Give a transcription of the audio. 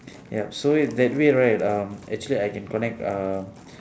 yup so way that way right um actually I can connect uh